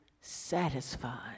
satisfied